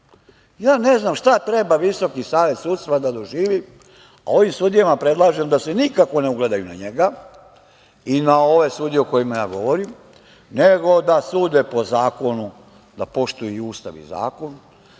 Ja ne znam šta treba Visoki savet sudstva da doživi, a ovim sudijama predlažem da se nikako ne ugledaju na njega i na ove sudije o kojima ja govorim, nego da sude po zakonu, da poštuju Ustav i zakon,